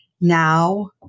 now